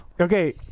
Okay